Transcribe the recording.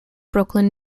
brooklyn